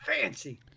Fancy